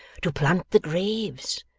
to plant the graves,